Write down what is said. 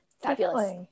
Fabulous